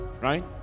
Right